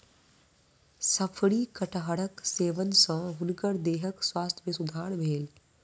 शफरी कटहरक सेवन सॅ हुनकर देहक स्वास्थ्य में सुधार भेल